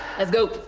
let's go.